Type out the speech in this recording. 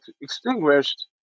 extinguished